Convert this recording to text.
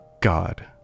god